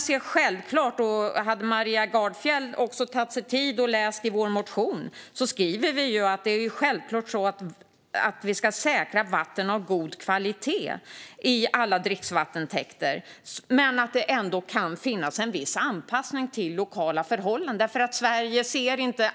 Om Maria Gardfjell hade tagit sig tid att läsa vår motion hade hon sett att Moderaterna skriver att vi självklart ska säkra vatten av god kvalitet i alla dricksvattentäkter. Men det kan ändå finnas en viss anpassning till lokala förhållanden.